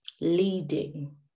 Leading